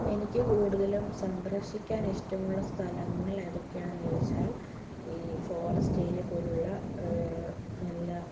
എനിക്ക് കൂടുതലും സന്ദർശിക്കാൻ ഇഷ്ടമുള്ള സ്ഥലങ്ങൾ ഏതൊക്കെയാണെന്ന് ചോദിച്ചാൽ ഈ ഫോറസ്റ്റ് ഏരിയ പോലുള്ള നല്ല